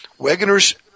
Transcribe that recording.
Wegener's